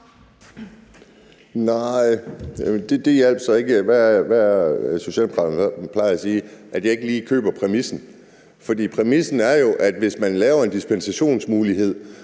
Nej, det hjalp så ikke. Hvad er det, Socialdemokraterne plejer at sige? Det er: Jeg køber ikke lige præmissen. For præmissen er jo, at hvis man laver en dispensationsmulighed,